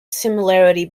similarity